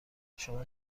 شما